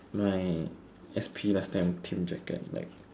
my S P last time team jacket like